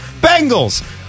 Bengals